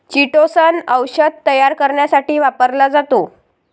chitosan औषध तयार करण्यासाठी वापरला जातो